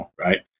right